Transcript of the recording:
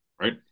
right